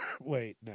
Wait